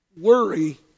Worry